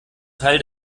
teil